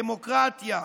דמוקרטיה.